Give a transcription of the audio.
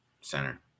center